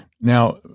Now